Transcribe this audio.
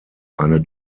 eine